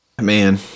Man